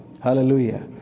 Hallelujah